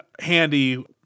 handy